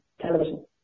television